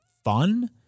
Fun